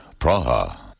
Praha